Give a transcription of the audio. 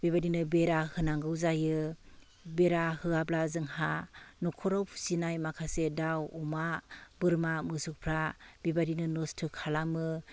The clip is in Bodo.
बेबायदिनो बेरा होनांगौ जायो बेरा होआब्ला जोंहा न'खराव फिसिनाय माखासे दाउ अमा बोरमा मोसौफ्रा बेबायदिनो नोस्थो खालामो